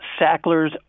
Sacklers